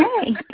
Hey